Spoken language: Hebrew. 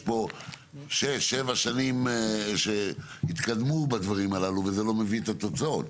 יש פה שש-שבע שנים שהתקדמו בדברים הללו וזה לא מביא את התוצאות.